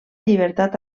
llibertat